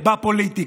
בפוליטיקה.